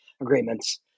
agreements